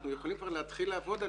אנחנו יכולים כבר להתחיל לעבוד עליהם,